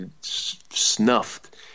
snuffed